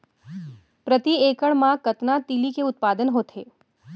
प्रति एकड़ मा कतना तिलि के उत्पादन होथे?